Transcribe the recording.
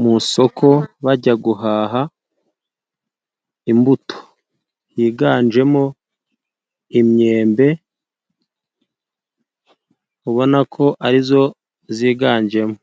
mu isoko bajya guhaha imbuto yiganjemo imyembe, ubona ko arizo ziganjemo.